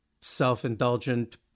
self-indulgent